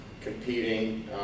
competing